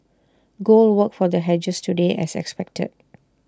gold worked for the hedgers today as expected